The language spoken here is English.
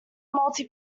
multi